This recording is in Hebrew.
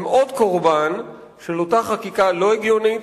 הם עוד קורבן של אותה חקיקה לא הגיונית,